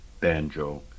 banjo